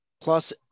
Plus